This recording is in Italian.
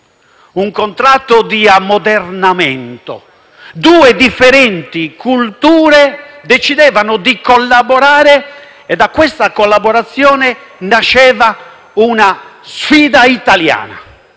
un contratto di ammodernamento. Due differenti culture decidevano di collaborare e da questa collaborazione nasceva una sfida italiana,